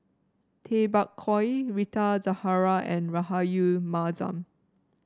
Tay Bak Koi Rita Zahara and Rahayu Mahzam